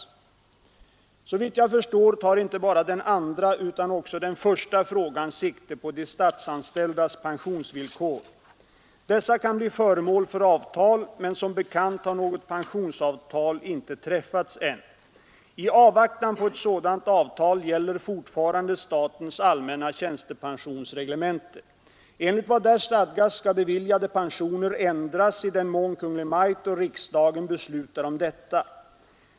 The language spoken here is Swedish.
Såvitt jag förstår tar inte bara den andra utan också den första frågan sikte på de statsanställdas pensionsvillkor. Dessa kan bli föremål för avtal, men som bekant har något pensionsavtal inte träffats än. I avvaktan på ett sådant avtal gäller fortfarande statens allmänna tjänstepensionsreglemente. Enligt vad där stadgas skall beviljade pensioner ändras i den mån Kungl. Maj:t och riksdagen beslutar om detta.